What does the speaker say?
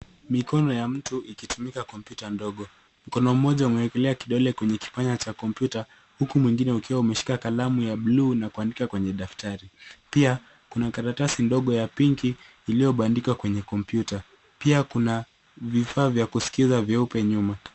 Mikono ya mtu ikitumika kompyuta ndogo. Mkono mmoja umeekelea kidole kwenye kipanya cha kompyuta, huku mwingine ukiwa umeshika kalamu ya bluu na kuandika kwenye daftari. Pia kuna karatasi ndogo ya pink iliyobandikwa kwenye kompyuta. Pia kuna vifaa vya kusikiza vyeupe nyuma.